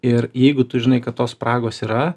ir jeigu tu žinai kad tos spragos yra